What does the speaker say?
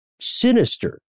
sinister